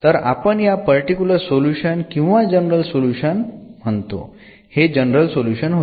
तर आपण याला पर्टिकुलर सोल्युशन किंवा जनरल सोल्युशन म्हणतो हे जनरल सोल्युशन होते